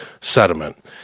sediment